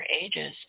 ages